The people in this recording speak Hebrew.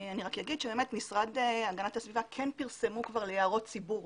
אני רק אגיד שבאמת המשרד להגנת הסביבה כן פרסמו כבר להערות ציבור